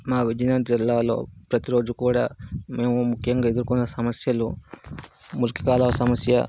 మా విజయనగరం జిల్లాలో ప్రతిరోజు కూడా మేము ముఖ్యంగా ఎదురుకున్నా సమస్యలు మురికి కాలువ సమస్య